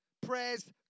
prayers